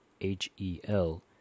H-E-L